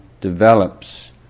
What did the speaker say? develops